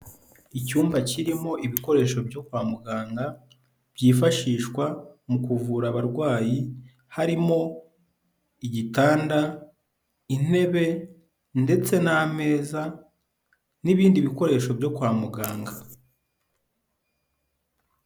Icyumba kirimo ibikoresho byo kwa muganga, byifashishwa mu kuvura abarwayi, harimo igitanda, intebe ndetse n'ameza n'ibindi bikoresho byo kwa muganga.